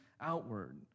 outward